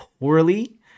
poorly